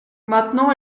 maintenant